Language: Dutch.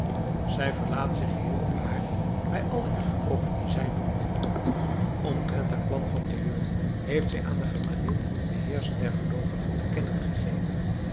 zij verlaat zich geheel op haar bij alle inkoopen die zij doen wil omtrent haar plan van te huwen heeft zij aan de gemalin van den beheerscher der geloovigen te kennen gegeven